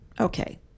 Okay